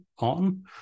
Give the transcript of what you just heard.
on